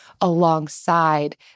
alongside